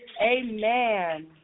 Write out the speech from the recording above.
Amen